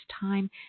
time